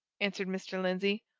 answered mr. lindsey.